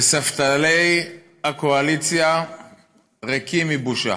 וספסלי הקואליציה ריקים מבושה,